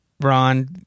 Ron